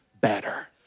better